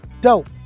Dope